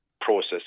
process